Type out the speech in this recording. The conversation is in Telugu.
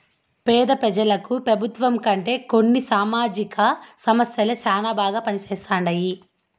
పేద పెజలకు పెబుత్వం కంటే కొన్ని సామాజిక సంస్థలే శానా బాగా పంజేస్తండాయి